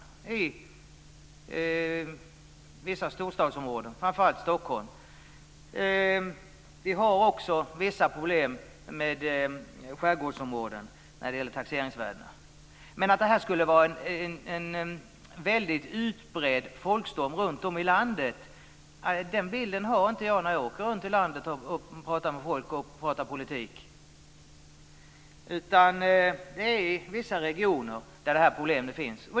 Det gäller vissa storstadsområden och framför allt Stockholm. Vi har också vissa problem med taxeringsvärdena i skärgårdsområden. Att det skulle vara en väldigt utbredd folkstorm runtom i landet är inte den bild jag har när jag åker runt i landet och talar med människor och pratar politik. Det är i vissa regioner som problemet finns.